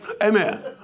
Amen